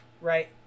right